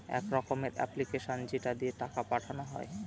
এক রকমের এপ্লিকেশান যেটা দিয়ে টাকা পাঠানো হয়